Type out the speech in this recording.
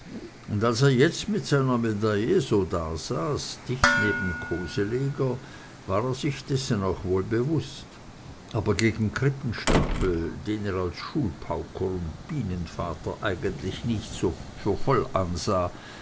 und als er jetzt mit seiner medaille so dasaß dicht neben koseleger war er sich dessen auch wohl bewußt aber gegen krippenstapel den er als schulpauker und bienenvater eigentlich nicht für voll ansah